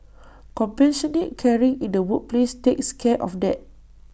compassionate caring in the workplace takes care of that